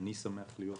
אני שמח להיות פה.